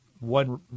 one